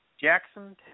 Jackson